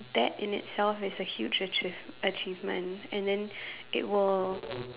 that in itself is a huge achieve~ achievement and then it will